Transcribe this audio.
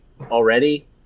already